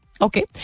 Okay